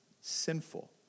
sinful